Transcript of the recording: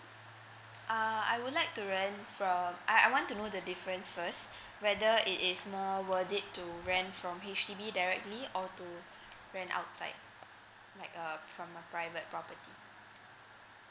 err I would like to rent from I I want to know the difference first whether it is more worth it to rent from H_D_B directly or to rent outside like a from a private property